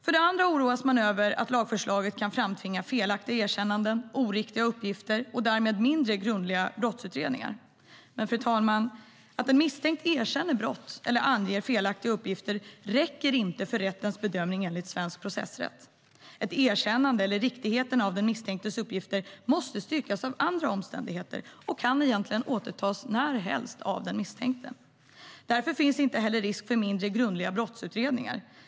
För det andra oroas man över att lagförslaget kan framtvinga felaktiga erkännanden och oriktiga uppgifter och därmed mindre grundliga brottsutredningar. Men att den misstänkte erkänner brott eller anger felaktiga uppgifter, fru talman, räcker enligt svensk processrätt inte för rättens bedömning. Ett erkännande eller riktigheten i den misstänktes uppgifter måste styrkas av andra omständigheter och kan egentligen återtas av den misstänkte när som helst. Därför finns det inte heller risk för mindre grundliga brottsutredningar.